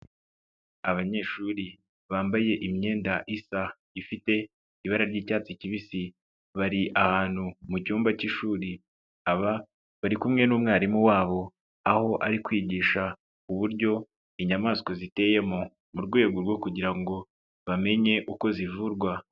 Abanyeshuri bambaye imyenda isa ifite ibara ry'icyatsi kibisi, bari ahantu mu cyumba cy'ishuri, aba bari kumwe n'umwarimu wabo, aho ari kwigisha uburyo inyamaswa ziteyemo, mu rwego rwo kugira ngo bamenye uko zivurwa.